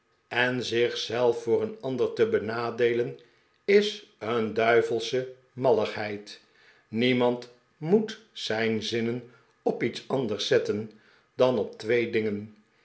en zich zelf voor een ander te benadeelen is een duivelsche malligheid niemand mo'et zijn zinnen op iets anders zetten dan op twee dingen